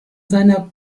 seiner